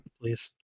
please